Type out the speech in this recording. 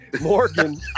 Morgan